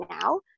now